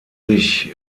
sich